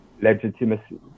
legitimacy